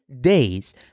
days